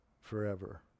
forever